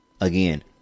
Again